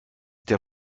der